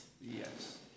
Yes